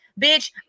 bitch